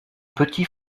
petit